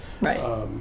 Right